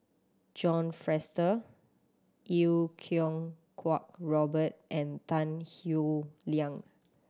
John Fraser Iau Kuo Kwong Robert and Tan Howe Liang